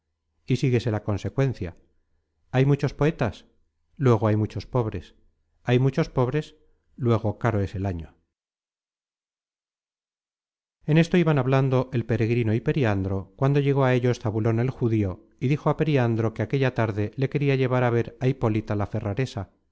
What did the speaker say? y síguese la consecuencia hay muchos poetas luego hay muchos pobres hay muchos pobres luego caro es el año en esto iban hablando el peregrino y periandro cuando llegó á ellos zabulon el judío y dijo á periandro que aquella tarde le queria llevar á ver á hipólita la ferraresa